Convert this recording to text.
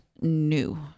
New